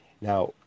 Now